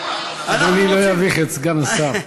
אדוני לא יביך את סגן השר.